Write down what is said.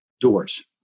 doors